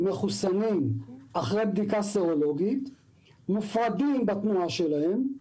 תיירים מחוסנים אחרי בדיקה סרולוגית מופרדים בתנועה שלהם לא?